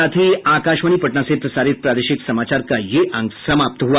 इसके साथ ही आकाशवाणी पटना से प्रसारित प्रादेशिक समाचार का ये अंक समाप्त हुआ